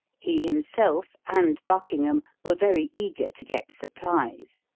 he himself, and buckingham, were very eager to get supplies.